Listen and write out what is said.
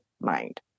mind